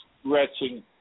stretching